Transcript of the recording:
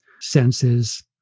senses